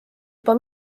juba